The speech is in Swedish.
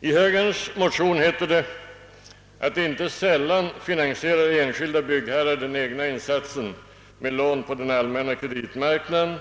I högerns motion heter det att enskilda byggherrar inte sällan finansierar den egna insatsen med lån på den allmänna kreditmarknaden.